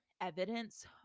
evidence